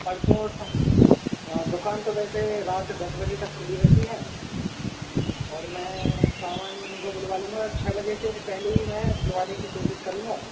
परसों शाम दुकान तो वैसे रात दस बजे तक खुली रहती है और मैं सामान इनको बुलवा लूँगा छ बजे के पहले ही मैं बुलवाने की कोशिश करूँगा